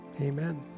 amen